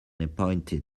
appointed